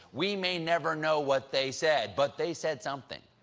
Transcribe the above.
we may never know what they said. but they said something,